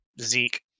Zeke